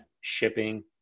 shipping